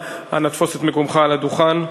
אנא תפוס את מקומך על הדוכן.